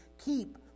keep